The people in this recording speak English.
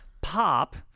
pop